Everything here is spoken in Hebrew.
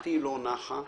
דעתי לא נחה,